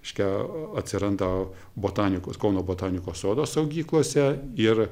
reiškia atsiranda botanikos kauno botanikos sodo saugyklose ir